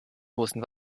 großen